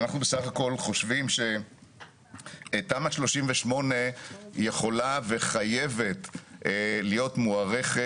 אנחנו בסך הכל חושבים שתמ"א 38 יכולה וחייבת להיות מוארכת.